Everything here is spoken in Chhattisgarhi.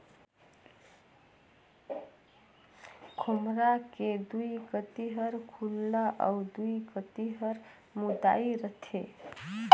खोम्हरा के दुई कती हर खुल्ला अउ दुई कती हर मुदाए रहथे